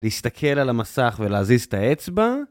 להסתכל על המסך ולהזיז את האצבע?